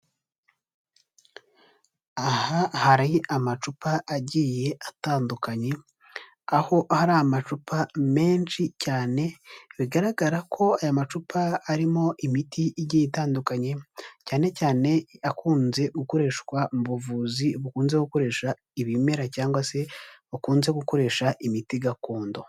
Aha hari amacupa agiye atandukanye, aho hari amacupa menshi cyane, bigaragara ko, aya macupa arimo imiti igiye itandukanye, cyane cyane akunze gukoreshwa mu buvuzi bukunze gukoresha ibimera cyangwa se, bakunze gukoresha imiti gakondo.